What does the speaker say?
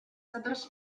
تدرس